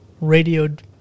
radioed